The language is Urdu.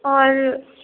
اور